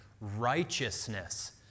righteousness